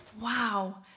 Wow